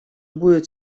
будет